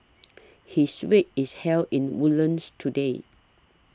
his wake is held in Woodlands today